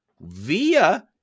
via